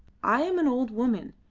i am an old woman,